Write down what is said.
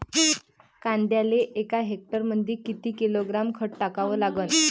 कांद्याले एका हेक्टरमंदी किती किलोग्रॅम खत टाकावं लागन?